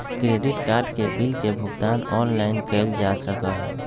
credit card के bill के भुगतान ऑनलाइन कइल जा सका हई